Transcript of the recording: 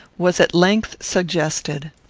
was at length suggested.